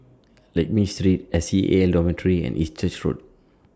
Lakme Street S E A Dormitory and East Church Road